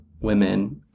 women